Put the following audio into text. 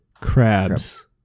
crabs